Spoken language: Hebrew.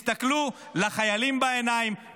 הסתכלו לחיילים בעיניים,